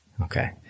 Okay